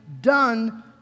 done